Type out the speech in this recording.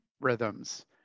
rhythms